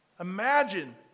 Imagine